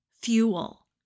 fuel